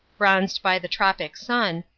bronzed by the tropic sun,